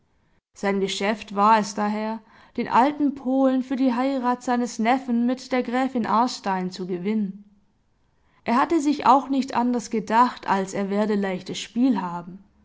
sein geschäft war es daher den alten polen für die heirat seines neffen mit der gräfin aarstein zu gewinnen er hatte sich auch nicht anders gedacht als er werde leichtes spiel haben